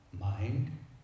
mind